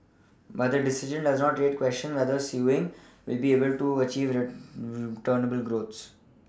but the decision does raise the question whether Sewing will be able to achieve growth